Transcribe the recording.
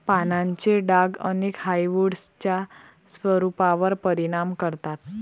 पानांचे डाग अनेक हार्डवुड्सच्या स्वरूपावर परिणाम करतात